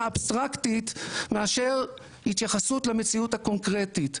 אבסטרקטית מאשר התייחסות למציאות הקונקרטית.